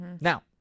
Now